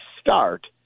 start